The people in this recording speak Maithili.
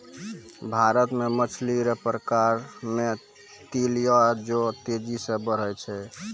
भारत मे मछली रो प्रकार मे तिलैया जे तेजी से बड़ै छै